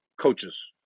coaches